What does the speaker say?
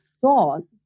thought